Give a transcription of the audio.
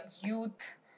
youth